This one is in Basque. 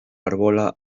arbola